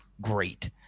great